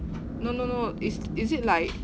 no no no is is it like